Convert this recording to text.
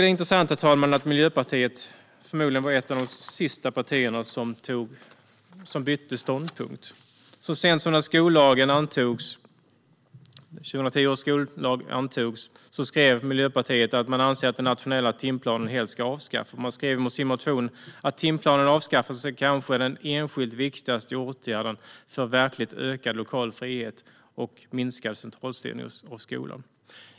Det är intressant att Miljöpartiet förmodligen var ett av de sista partierna som bytte ståndpunkt. Så sent som när 2010 års skollag antogs skrev Miljöpartiet att man ansåg att den nationella timplanen skulle avskaffas helt. Man skrev i sin motion att timplanens avskaffande kanske är den "enskilt viktigaste åtgärden för verkligt ökad lokal frihet och minskad centralstyrning av skolan".